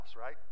right